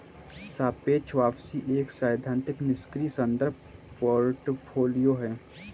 सापेक्ष वापसी एक सैद्धांतिक निष्क्रिय संदर्भ पोर्टफोलियो है